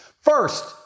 First